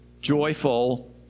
joyful